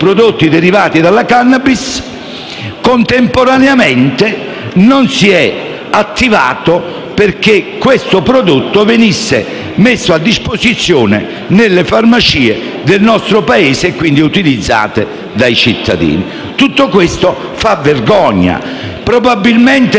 contemporaneamente non si è attivato perché questo prodotto venisse messo a disposizione nelle farmacie del nostro Paese e quindi utilizzato dai cittadini. Tutto questo fa vergogna. Auspicabilmente, mentre noi valuteremo ed esamineremo il testo,